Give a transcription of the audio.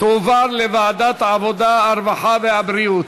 תועבר לוועדת העבודה, הרווחה והבריאות.